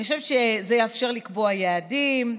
אני חושבת שזה יאפשר לקבוע יעדים,